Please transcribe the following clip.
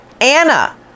Anna